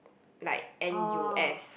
like n_u_s